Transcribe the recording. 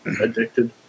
addicted